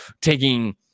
taking